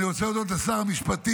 אני רוצה להודות לשר המשפטים,